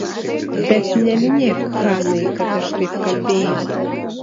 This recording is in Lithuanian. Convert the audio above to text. bet neminėk hanai kad aš taip kalbėjau